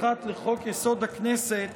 51 לחוק-יסוד: הכנסת,